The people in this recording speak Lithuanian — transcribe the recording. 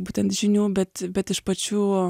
būtent žinių bet bet iš pačių